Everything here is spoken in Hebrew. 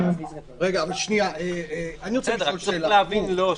איל, אבל אפשר גם וגם.